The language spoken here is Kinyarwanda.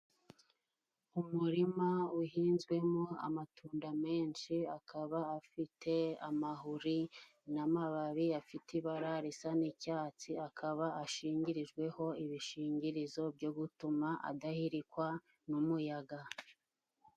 Umurima uhinzwemo amatunda menshi, akaba afite amahuri n'amababi afite ibara risa n'icyatsi, akaba ashingirijweho ibishingirizo, byo gutuma adahirikwa n'umuyaga.